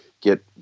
get